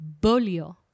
Bolio